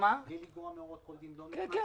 "מבלי לגרוע מהוראות כל דין", לא נכנס?